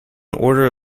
order